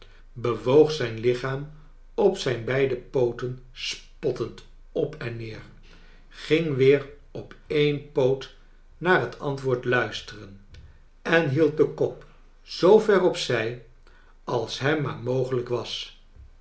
bewoog het lichaam op zijn beide pooten spottend op en neer ging weer op een poot naar het antwoord luisteren en meld den kop zoo ver op zij als hem maar mogelijk was